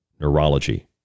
Neurology